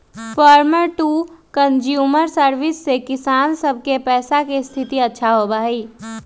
farmer to consumer service से किसान सब के पैसा के स्थिति अच्छा होबा हई